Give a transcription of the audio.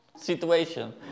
situation